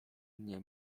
mnie